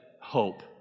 hope